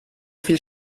viel